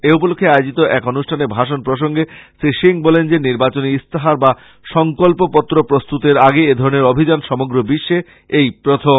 এ উপলক্ষ্যে আয়োজিত এক অনুষ্ঠানে ভাষণ প্রসঙ্গে শ্রী সিং বলেন যে নির্বাচনী ইস্তাহার বা সংকল্প পত্র প্রস্তুতের আগে এধরণের অভিযান সমগ্র বিশ্বে এই প্রথম